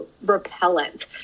repellent